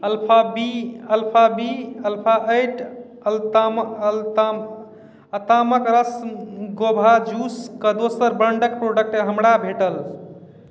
alpha B alpha B alpha एट अल्ताम अल्ताम अतामके रस गाभा जूसके दोसर ब्राण्डके प्रोडक्ट हमरा भेटल